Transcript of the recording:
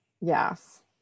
Yes